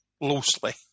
loosely